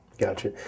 Gotcha